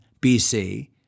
BC